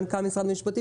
מנכ"ל משרד המשפטים,